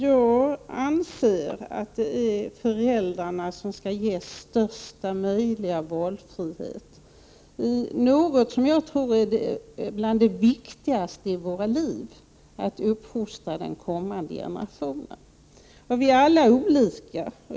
Jag anser att det är föräldrarna som skall ges största möjliga valfrihet i något som jag tror är bland det viktigaste i våra liv, att uppfostra den kommande generationen. Men vi är alla olika.